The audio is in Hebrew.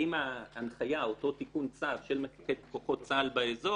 האם ההנחיה או אותו תיקון צו של מפקד כוחות צה"ל באזור,